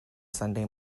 sunday